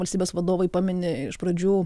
valstybės vadovui pamini iš pradžių